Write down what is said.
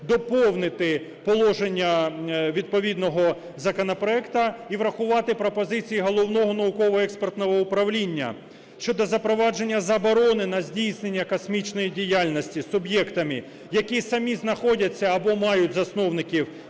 доповнити положення відповідного законопроекту і врахувати пропозиції Головного науково-експертного управління щодо запровадження заборони на здійснення космічної діяльності суб'єктами, які самі знаходяться або мають засновників